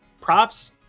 props